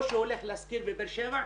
או שהוא הולך להשכיר בבאר שבע,